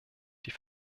die